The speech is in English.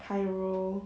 chiro~